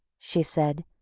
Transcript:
she said,